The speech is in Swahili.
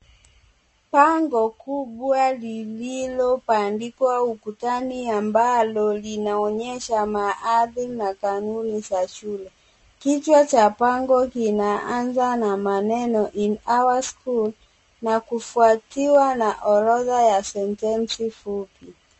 Bango kubwa lililobandikwa ukutani ambalo linaonyesha maadhi na kanuni za shule. Kichwa cha bango kinaanza na maneno in our school na kufuatiwa na orodha ya sentensi fupi.